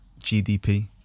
GDP